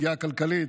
פגיעה כלכלית,